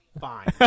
Fine